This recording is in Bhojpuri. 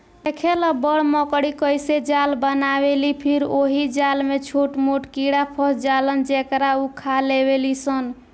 देखेल बड़ मकड़ी कइसे जाली बनावेलि फिर ओहि जाल में छोट मोट कीड़ा फस जालन जेकरा उ खा लेवेलिसन